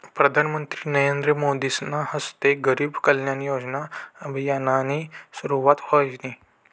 प्रधानमंत्री नरेंद्र मोदीसना हस्ते गरीब कल्याण योजना अभियाननी सुरुवात व्हयनी